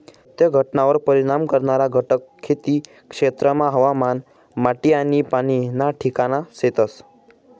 सत्य घटनावर परिणाम करणारा घटक खेती क्षेत्रमा हवामान, माटी आनी पाणी ना ठिकाणे शेतस